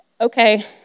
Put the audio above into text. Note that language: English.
okay